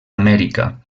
amèrica